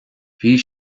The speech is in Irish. bhí